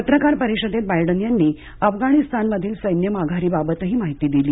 पत्रकार परिषदेत बायडन यांनी अफगाणिस्तानमधील सैन्य माघारीबाबतही माहिती दिली